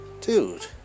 Dude